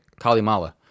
Kalimala